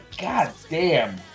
goddamn